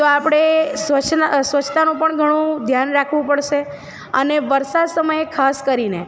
તો આપણે સ્વચ્છના સ્વચ્છતાનું પણ ઘણું ધ્યાન રાખવું પડશે અને વરસાદ સમયે ખાસ કરીને